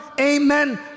Amen